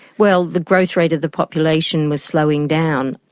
well, the growth rate of the population was slowing down.